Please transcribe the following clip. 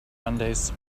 mondays